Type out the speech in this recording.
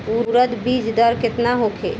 उरद बीज दर केतना होखे?